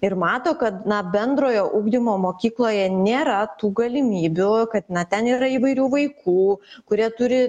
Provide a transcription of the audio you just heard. ir mato kad na bendrojo ugdymo mokykloje nėra tų galimybių kad ten yra įvairių vaikų kurie turi